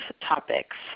topics